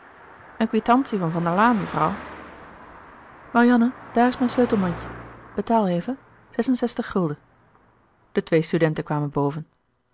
een kwitantie van van der laan mevrouw louis couperus de boeken der kleine zielen marianne daar is mijn sleutelmandje betaal even zes enzestig gulden de twee studenten kwamen boven